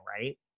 right